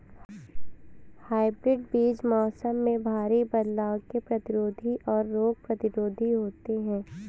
hybrid बीज मौसम में भारी बदलाव के प्रतिरोधी और रोग प्रतिरोधी होते हैं